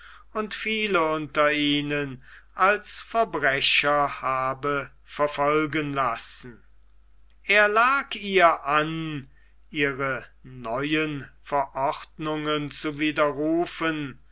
und viele unter ihnen als verbrecher habe verfolgen lassen er lag ihr an ihre neuen verordnungen zu widerrufen